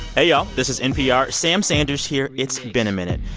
hey, y'all. this is npr's sam sanders here it's been a minute.